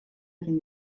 egin